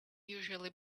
usually